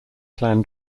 clan